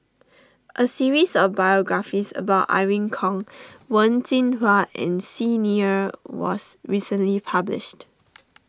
a series of biographies about Irene Khong Wen Jinhua and Xi Ni Er was recently published